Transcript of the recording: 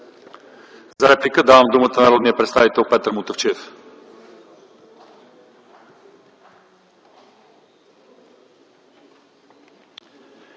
За реплика давам думата на народния представител Петър Мутафчиев.